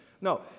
No